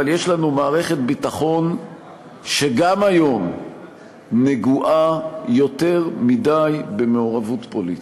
אבל יש לנו מערכת ביטחון שגם היום נגועה יותר מדי במעורבות פוליטית.